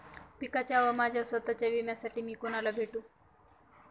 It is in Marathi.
पिकाच्या व माझ्या स्वत:च्या विम्यासाठी मी कुणाला भेटू?